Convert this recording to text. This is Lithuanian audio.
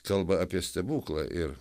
kalba apie stebuklą ir